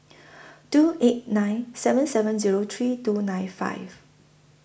two eight nine seven seven Zero three two nine five